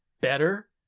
better